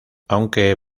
aunque